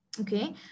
Okay